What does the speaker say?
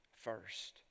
first